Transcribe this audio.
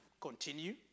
continue